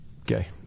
Okay